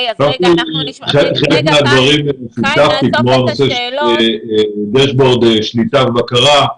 יש לנו מודל של דש-בורד, שליטה ובקרה.